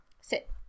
Sit